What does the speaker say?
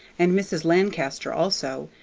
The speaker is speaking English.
and mrs. lancaster also,